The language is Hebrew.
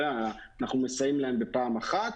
אנחנו מסייעים להם בפעם אחת,